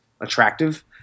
attractive